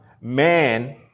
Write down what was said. man